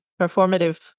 performative